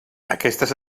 aquestes